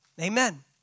Amen